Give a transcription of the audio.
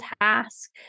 task